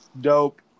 Dope